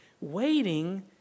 waiting